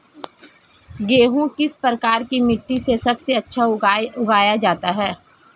गेहूँ किस प्रकार की मिट्टी में सबसे अच्छा उगाया जाता है?